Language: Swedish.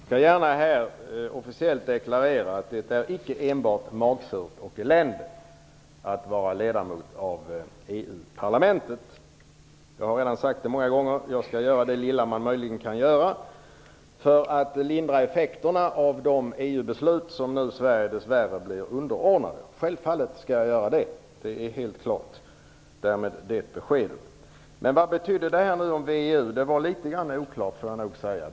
Fru talman! Jag skall gärna här officiellt deklarera att det icke är enbart magsurt och elände att vara ledamot av EU-parlamentet. Jag har redan sagt många gånger att jag skall göra det lilla man möjligen kan göra för att mildra effekterna av de EU-beslut som Sverige dess värre blir underordnat. Självfallet skall jag göra det. Det är mitt besked. Men vad betyder nu det som Maj-Lis Lööw sade om VEU? Det var litet oklart.